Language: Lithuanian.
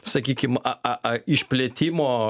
sakykim a a a išplėtimo